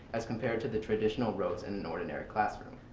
as compared to the traditional rows in an ordinary classroom.